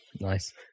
nice